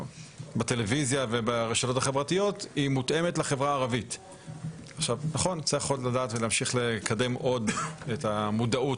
הדיגיטציה ברשויות ולאפשר דווקא לחלשים להתקדם ולצמצם את הפער,